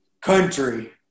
country